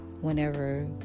whenever